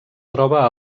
troba